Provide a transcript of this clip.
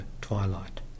twilight